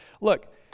Look